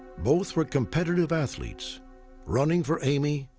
both were competitive athletes running for amy,